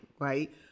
right